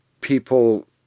People